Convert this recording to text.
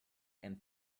and